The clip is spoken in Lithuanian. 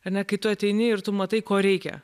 ar ne kai tu ateini ir tu matai ko reikia